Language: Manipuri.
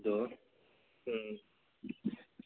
ꯑꯗꯣ ꯎꯝ